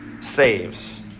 saves